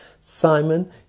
Simon